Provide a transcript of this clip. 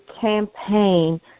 campaign